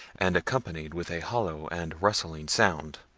and accompanied with a hollow and rustling sound.